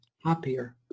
happier